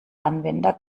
anwender